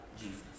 Jesus